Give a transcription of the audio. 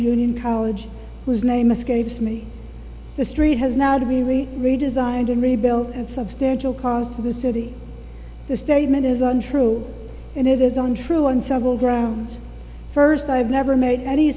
of union college whose name escapes me the street has now to be really redesigned and rebuilt and substantial cost to the city the statement is untrue and it is untrue on several grounds first i've never made any